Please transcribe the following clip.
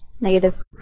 Negative